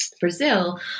Brazil